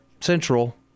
central